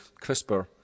CRISPR